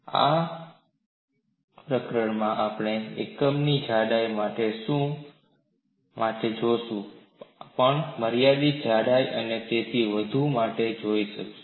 આ પ્રકરણમાં આપણે એકમની જાડાઈ માટે જોશું આપણે પણ મર્યાદિત જાડાઈ અને તેથી વધુ માટે જોઈશું